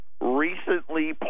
recently